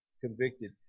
convicted